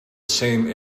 same